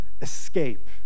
escape